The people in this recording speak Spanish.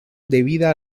debida